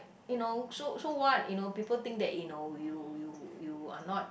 you know so so what you know people think that you know you you you are not